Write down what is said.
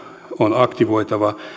on aktivoitava